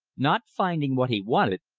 not finding what he wanted,